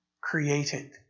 created